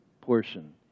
portion